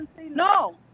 No